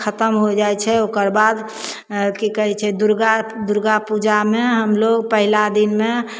खतम होइ जाइ छै ओकरबाद एँ कि कहै छै दुरगा दुरगा पूजामे हमलोक पहिला दिनमे